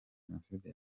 jenoside